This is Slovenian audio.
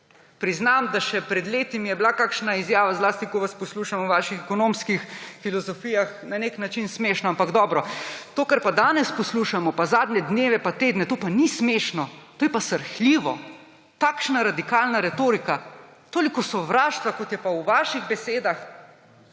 Priznam, da mi je bila še pred leti kakšna izjava, zlasti ko vas poslušam o vaših ekonomskih filozofijah, na nek način smešna, ampak dobro, to, kar pa danes poslušamo pa zadnje dneve pa tedne, to pa ni smešno, to je pa srhljivo. Takšna radikalna retorika, toliko sovraštva, kot je pa v vaših besedah,